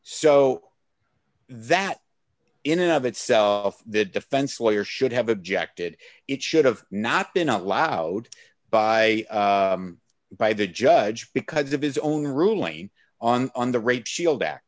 so that in and of itself the defense lawyer should have objected it should have not been allowed by by the judge because of his own ruling on the rape shield ac